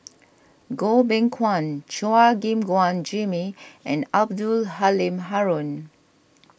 Goh Beng Kwan Chua Gim Guan Jimmy and Abdul Halim Haron